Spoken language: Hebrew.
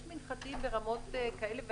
יש מנחתים ברמות כאלה ואחרות,